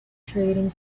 trading